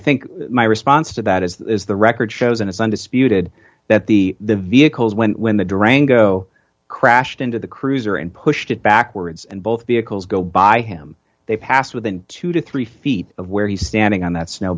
think my response to that is the record shows in his undisputed that the the vehicles went when the durango crashed into the cruiser and pushed it backwards and both vehicles go by him they passed within two to three feet of where he's standing on that snow